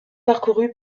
parcourue